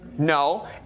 No